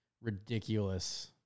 ridiculous